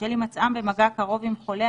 בשל הימצאם במגע קרוב עם חולה,